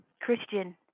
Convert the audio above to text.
christian